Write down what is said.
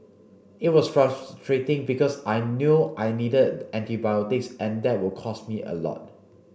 it was frustrating because I knew I needed antibiotics and that would cost me a lot